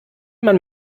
man